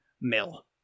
mill